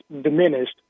diminished